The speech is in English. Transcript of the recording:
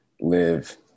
live